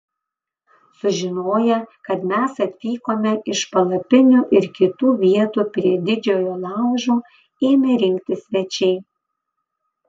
sužinoję kad mes atvykome iš palapinių ir kitų vietų prie didžiojo laužo ėmė rinktis svečiai